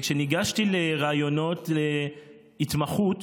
וכשניגשתי לראיונות להתמחות